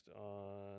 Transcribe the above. on